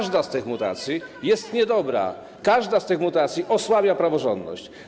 Każda z tych mutacji jest niedobra, każda z tych mutacji osłabia praworządność.